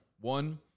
one